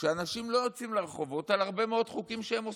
שאנשים לא יוצאים לרחובות על הרבה מאוד חוקים שהם עושים.